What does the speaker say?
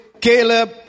Caleb